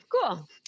Cool